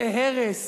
זה הרס.